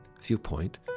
Viewpoint